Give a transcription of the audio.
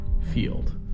field